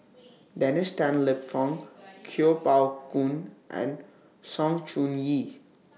Dennis Tan Lip Fong Kuo Pao Kun and Sng Choon Yee